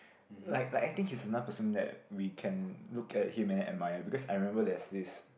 like like I think he's not person that we can look at him and then admire because I remember there's this